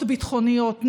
בטעות קיבלת עשר דקות.